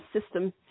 system